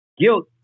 guilt